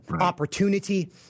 opportunity